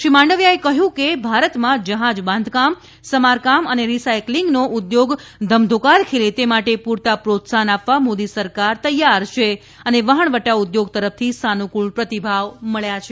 શ્રી માંડવિયાએ કહ્યું કે ભારતમાં જહાજ બાંધકામ સમારકામ અને રી સાયકલિંગ નો ઉદ્યોગ ધમધોકાર ખીલે તે માટે પૂરતા પ્રોત્સાહન આપવા મોદી સરકાર તૈયાર છે અને વહાણવટા ઉદ્યોગ તરફથી સાનુકૂળ પ્રતીભાવ મબ્યા છે